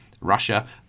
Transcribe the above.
russia